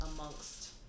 amongst